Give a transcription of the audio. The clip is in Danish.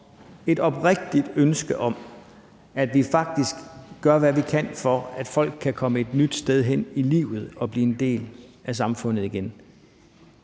et oprigtigt ønske, om, at vi faktisk gør, hvad vi kan, for, at folk kan komme et nyt sted hen i livet og blive en del af samfundet igen.